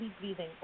breathing